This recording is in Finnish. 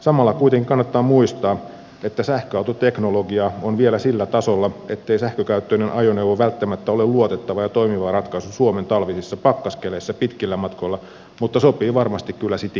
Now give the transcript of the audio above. samalla kuitenkin kannattaa muistaa että sähköautoteknologia on vielä sillä tasolla ettei sähkökäyttöinen ajoneuvo välttämättä ole luotettava ja toimiva ratkaisu suomen talvisissa pakkaskeleissä pitkillä matkoilla mutta sopii varmasti kyllä citykäyttöön varsin hyvin